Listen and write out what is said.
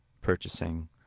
purchasing